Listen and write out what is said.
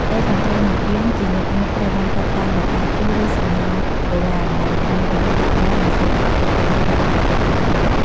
ផ្ទៃខាងក្រៅនៃពាងជាញឹកញាប់ត្រូវបានតុបតែងដោយការគូរ ឬសំណង់បុរាណ ដែលបង្ហាញពីវប្បធម៌ និងសិល្បៈប្រពៃណីរបស់ប្រជាជនខ្មែរ។